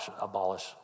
abolish